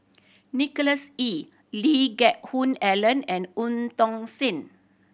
Nicholas Ee Lee Geck Hoon Ellen and Eu Tong Sen